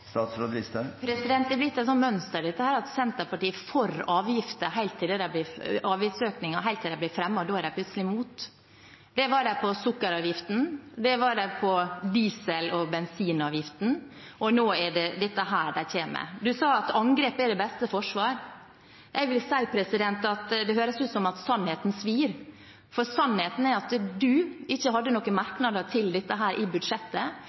Det er blitt et mønster at Senterpartiet er for avgiftsøkninger helt til de blir fremmet, og da er de plutselig imot. Det var de når det gjelder sukkeravgiften og diesel- og bensinavgiften, og nå er det dette de kommer med. Du sa at angrep er det beste forsvar. Jeg vil si det høres ut som at sannheten svir. For sannheten er at du ikke hadde noen merknader til dette i budsjettet.